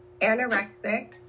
anorexic